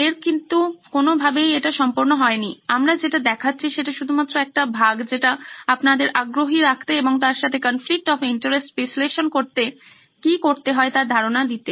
এটা কিন্তু কোনো ভাবেই সম্পূর্ণ হয়নিআমরা যেটা দেখাচ্ছি সেটা শুধুমাত্র একটা ভাগ যেটা আপনাদের আগ্রহী রাখতে এবং তার সাথে কনফ্লিক্ট অফ ইন্টারেস্ট বিশ্লেষণ করতে কি করতে হয় তার ধারণা দিতে